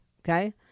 okay